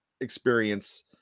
experience